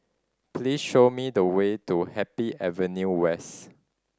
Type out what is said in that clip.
please show me the way to Happy Avenue West